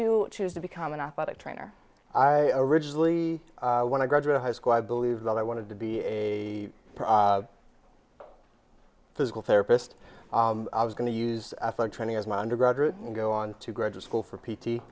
you choose to become an athletic trainer i originally when i graduated high school i believed that i wanted to be a physical therapist i was going to use training as my undergraduate and go on to graduate school for p t